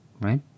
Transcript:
right